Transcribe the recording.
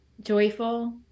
joyful